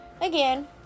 again